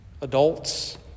adults